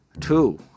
Two